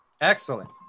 Excellent